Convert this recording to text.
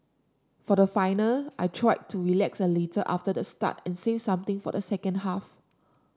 for the final I tried to relax a little after the start and save something for the second half